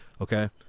Okay